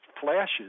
flashes